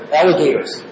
alligators